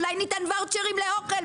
אולי ניתן ואוצ'רים לאוכל,